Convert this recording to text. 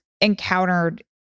encountered